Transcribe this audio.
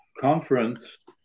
conference